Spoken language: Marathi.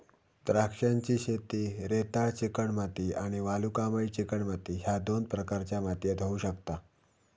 द्राक्षांची शेती रेताळ चिकणमाती आणि वालुकामय चिकणमाती ह्य दोन प्रकारच्या मातीयेत होऊ शकता